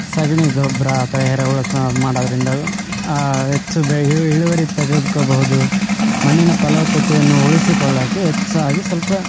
ಸಗಣಿಗೊಬ್ಬರ ತಯಾರುಗೊಳ್ಸೋ ಮಾಡೋದ್ರಿಂದ ಹೆಚ್ಚು ಇಳು ಇಳುವರಿ ತೆಗೆದ್ಕೋಬಹುದು ಮಣ್ಣಿನ ಫಲವತ್ತತೆಯನ್ನು ಉಳಿಸಿಕೊಳ್ಳೋಕ್ಕೆ ಹೆಚ್ಚಾಗಿ ಸ್ವಲ್ಪ